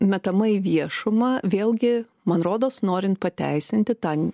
metama į viešumą vėlgi man rodos norint pateisinti tą